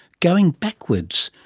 going backwards.